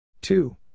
Two